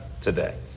today